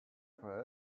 for